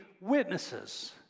witnesses